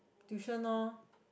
tuition lor